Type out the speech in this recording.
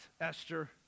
Esther